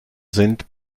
sind